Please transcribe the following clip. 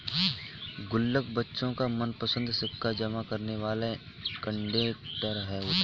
गुल्लक बच्चों का मनपंसद सिक्का जमा करने वाला कंटेनर होता है